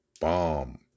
bomb